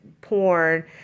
porn